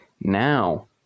now